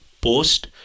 post